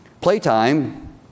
Playtime